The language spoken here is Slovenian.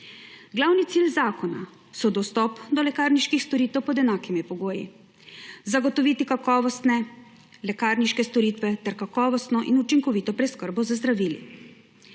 Glavni cilj zakona so dostop do lekarniških storitev pod enakimi pogoji, zagotovitev kakovostne lekarniške storitve ter kakovostno in učinkovito preskrbo z zdravili.